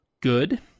good